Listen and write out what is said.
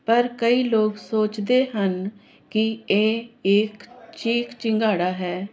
ਪਰ ਕਈ ਲੋਕ ਸੋਚਦੇ ਹਨ ਕਿ ਇਹ ਇੱਕ ਚੀਖ ਚਿਹਾੜਾ ਹੈ